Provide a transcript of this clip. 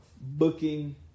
booking